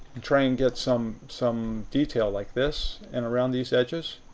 to try and get some some detail like this, and around these edges,